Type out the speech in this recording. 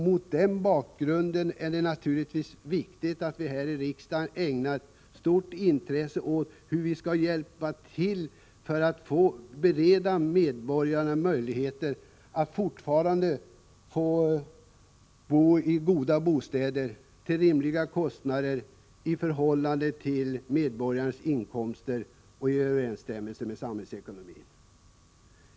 Mot denna bakgrund är det naturligtvis viktigt att vi här i riksdagen ägnar stort intresse åt frågan hur vi skall kunna hjälpa till att bereda medborgarna möjligheter att också framöver till rimliga kostnader — i förhållande till medborgarens inkomster och i överensstämmelse med samhällsekonomin — bo i goda bostäder.